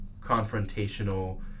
confrontational